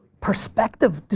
perspective.